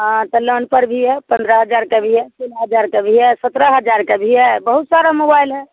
हाँ तो लौन पर भी है पंद्रह हज़ार का भी है तीन हज़ार का भी है सत्रह हज़ार का भी है बहुत सारा मोबाइल है